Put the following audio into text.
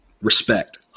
Respect